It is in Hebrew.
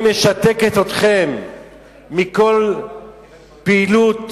אני משתקת אתכם מכל פעילות